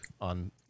on